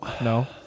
No